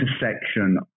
intersection